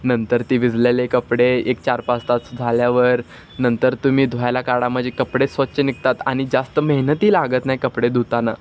नंतर ते भिजलेले कपडे एक चार पाच तास झाल्यावर नंतर तुम्ही धुवायला काढा म्हणजे कपडे स्वच्छ निघतात आणि जास्त मेहनतही लागत नाही कपडे धुताना